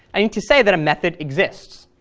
i need to say that a method exists.